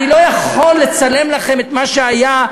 אני לא יכול לצלם לכם את מה שהיה,